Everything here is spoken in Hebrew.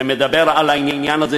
שמדבר על העניין הזה,